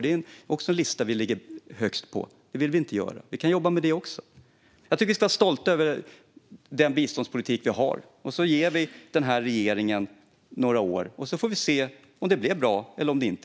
Den listan vill vi inte ligga högst på, och vi kan jobba med det också. Jag tycker att vi ska vara stolta över den biståndspolitik vi har. Vi ger den här regeringen några år, och så får vi se om det blev bra eller inte.